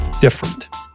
different